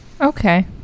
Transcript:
Okay